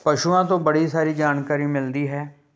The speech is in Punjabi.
ਪਸ਼ੂਆਂ ਤੋਂ ਬੜੀ ਸਾਰੀ ਜਾਣਕਾਰੀ ਮਿਲਦੀ ਹੈ